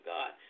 God